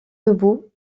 debout